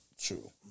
true